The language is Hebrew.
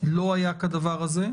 לא היה כדבר הזה.